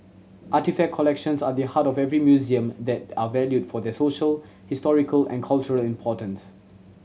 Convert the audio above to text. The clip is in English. artefact collections are the heart of every museum that are valued for their social historical and cultural importance